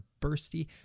bursty